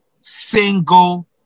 single